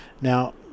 Now